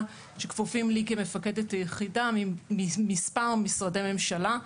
שכפופים לי כמפקדת יחידה מספר משרדי ממשלה.